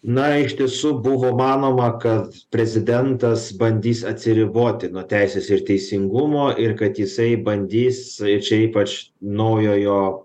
na iš tiesų buvo manoma kad prezidentas bandys atsiriboti nuo teisės ir teisingumo ir kad jisai bandys ir čia ypač naujojo